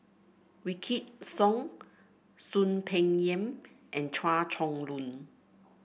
Wykidd Song Soon Peng Yam and Chua Chong Long